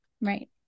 Right